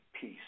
peace